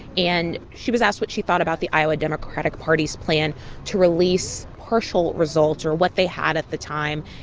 and she was asked what she thought about the iowa democratic party's plan to release partial results or what they had at the time.